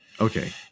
okay